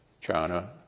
China